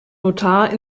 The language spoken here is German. notar